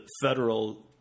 federal